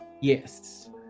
Yes